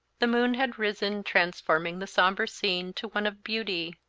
the moon had risen, transforming the sombre scene to one of beauty,